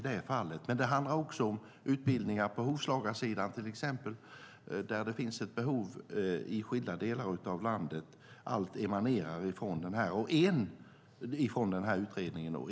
Det handlar också om utbildningar till exempel på hovslagarsidan där det finns behov i skilda delar av landet. Allt emanerar från den utredningen.